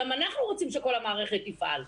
גם אנחנו רוצים שכל המערכת תפעל,